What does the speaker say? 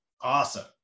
Awesome